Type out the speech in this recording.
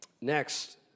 Next